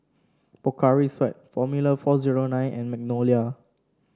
Pocari Sweat Formula four zero nine and Magnolia